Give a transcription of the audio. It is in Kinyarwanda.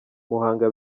muhanga